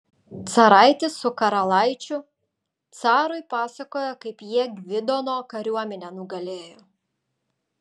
caraitis su karalaičiu carui pasakoja kaip jie gvidono kariuomenę nugalėjo